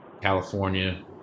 California